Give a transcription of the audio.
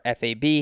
FAB